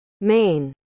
Main